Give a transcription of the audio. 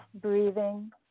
breathing